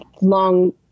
long